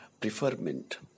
preferment